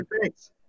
thanks